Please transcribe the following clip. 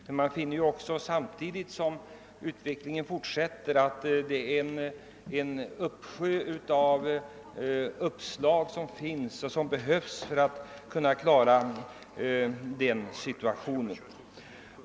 Men man finner också att det jämsides med denna utveckling finns en uppsjö på uppslag för att förbättra de handikappades situation.